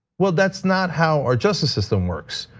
well that's not how our justice system works.